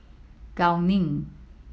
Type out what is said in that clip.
Gao Ning